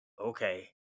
okay